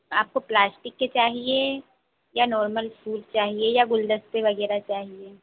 आपको प्लास्टिक के चाहिए या नोर्मल फूल चाहिए या गुलदस्ते वग़ैरह चाहिए